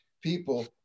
people